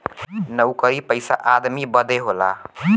नउकरी पइसा आदमी बदे होला